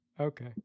Okay